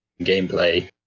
gameplay